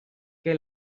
que